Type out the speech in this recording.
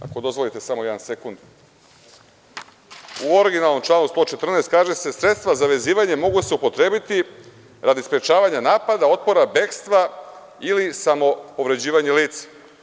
Ako dozvolite samo jedan sekund, u originalnom članu 114. kaže se: „Sredstva za vezivanje mogu se upotrebiti radi sprečavanja napada, otpora, bekstva ili samoobrađivanja lica“